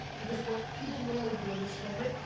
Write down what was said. because what people normally do in this moment,